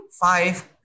five